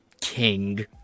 king